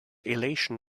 elation